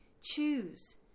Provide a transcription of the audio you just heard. Choose